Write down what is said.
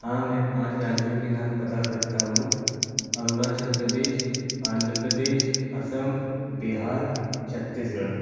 हाँ मैं पाँच राज्यों के नाम बता सकता हूँ अरुणाचल प्रदेश आन्ध्र प्रदेश असम बिहार छत्तीसगढ़